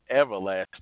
everlasting